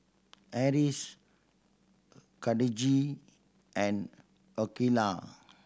Harris Khadija and Aqeelah